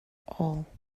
all